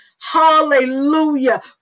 Hallelujah